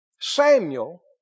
Samuel